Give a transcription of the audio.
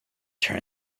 turn